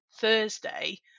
Thursday